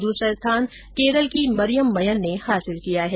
दूसरा स्थान केरल की मरियम मयन ने हासिल किया है